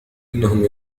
إنهم